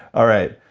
all right,